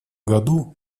году